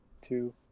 two